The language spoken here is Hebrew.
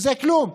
וזה כלום,